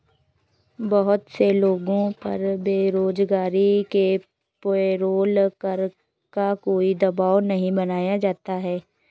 बहुत से लोगों पर बेरोजगारी में पेरोल कर का कोई दवाब नहीं बनाया जाता है